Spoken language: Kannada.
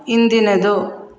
ಇಂದಿನದು